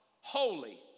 Holy